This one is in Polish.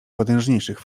potężniejszych